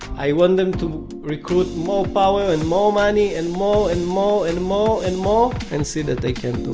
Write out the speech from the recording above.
i want them to recruit more power and more money and more and more and more and more and see that they can't do